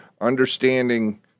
understanding